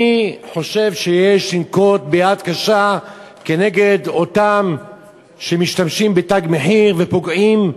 אני חושב שיש לנקוט יד קשה כנגד אותם שמשתמשים ב"תג מחיר" ופוגעים,